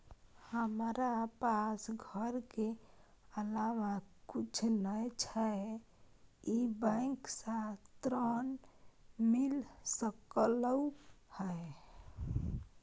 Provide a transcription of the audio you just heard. हमरा पास घर के अलावा कुछ नय छै ई बैंक स ऋण मिल सकलउ हैं?